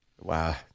Wow